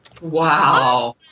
Wow